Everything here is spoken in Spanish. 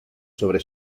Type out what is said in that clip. sobre